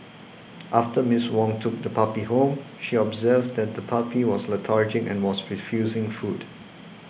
after Miss Wong took the puppy home she observed that the puppy was lethargic and was refusing food